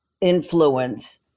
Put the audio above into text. influence